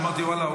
אמרתי: ואללה,